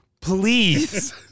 Please